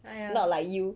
!aiya!